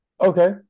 Okay